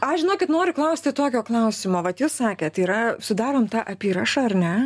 aš žinokit noriu klausti tokio klausimo vat jūs sakėt yra sudarom tą apyrašą ar ne